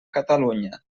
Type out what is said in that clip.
catalunya